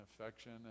affection